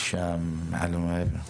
אישה מעל ומעבר.